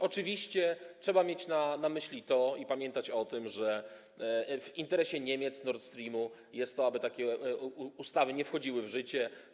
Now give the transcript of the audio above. Oczywiście trzeba mieć na myśli to i pamiętać o tym, że w interesie Niemiec, Nord Stream jest to, aby takie ustawy nie wchodziły w życie.